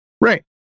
right